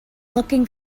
looking